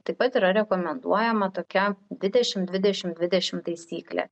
taip pat yra rekomenduojama tokia dvidešimt dvidešimt dvidešimt taisyklė